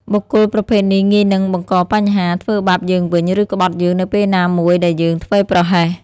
បុគ្គលប្រភេទនេះងាយនឹងបង្កបញ្ហា ធ្វើបាបយើងវិញ ឬក្បត់យើងនៅពេលណាមួយដែលយើងធ្វេសប្រហែស។